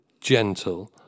gentle